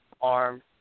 armed